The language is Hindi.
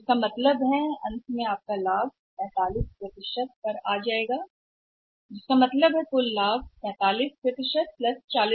इसका मतलब अंतिम है कि क्या होगा आपका लाभ 45 तक नीचे आ जाएगा इसलिए इसका मतलब है कुल लाभ 45 40 85 होगा